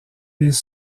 les